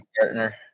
partner